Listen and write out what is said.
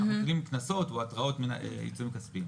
אנחנו מטילים קנסות, או התראות או עיצומים כספיים.